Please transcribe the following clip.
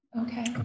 Okay